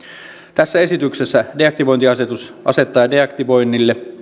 tässä esityksessä deaktivointiasetus asettaa deaktivoinnille